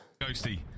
Ghosty